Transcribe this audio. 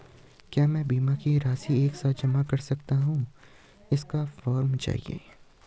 क्या मैं बीमा की राशि एक साथ जमा कर सकती हूँ इसका फॉर्म चाहिए?